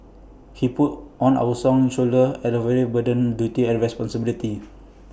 he put on our song shoulders at the very burden duty and responsibility